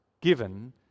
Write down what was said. given